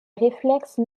réflexe